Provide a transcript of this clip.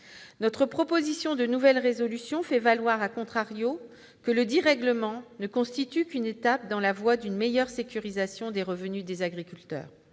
Notre proposition de résolution européenne fait valoir que ce règlement ne constitue qu'une étape dans la voie d'une meilleure sécurisation des revenus des agriculteurs.